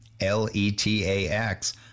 l-e-t-a-x